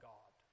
God